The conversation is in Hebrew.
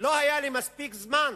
שלא היה לי מספיק זמן